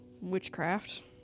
Witchcraft